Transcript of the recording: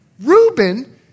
Reuben